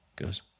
Goes